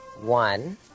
One